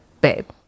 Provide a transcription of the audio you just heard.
Babe